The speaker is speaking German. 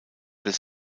des